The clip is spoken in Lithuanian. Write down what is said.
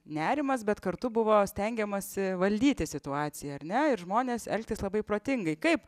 nerimas bet kartu buvo stengiamasi valdyti situaciją ar ne ir žmones elgtis labai protingai kaip